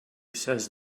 says